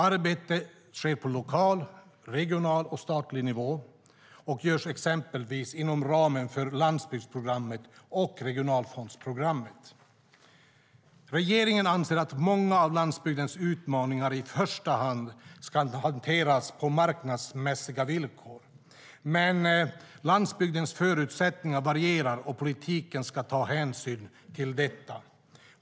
Arbetet sker på lokal, regional och statlig nivå och görs exempelvis inom ramen för landsbygdsprogrammet och regionalfondsprogrammet. Regeringen anser att många av landsbygdens utmaningar i första hand ska hanteras på marknadsmässiga villkor. Men landsbygdens förutsättningar varierar, och politiken ska ta hänsyn till detta.